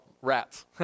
rats